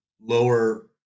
lower